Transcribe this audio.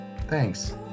thanks